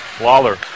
Lawler